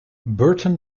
burton